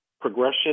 progression